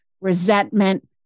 resentment